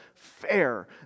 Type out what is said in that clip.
fair